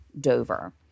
Dover